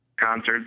Concerts